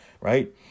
right